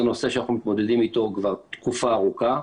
נושא שאנחנו מתמודדים איתו כבר תקופה ארוכה,